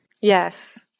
yes